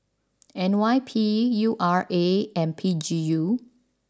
N Y P U R A and P G U